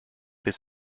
bis